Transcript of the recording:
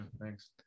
thanks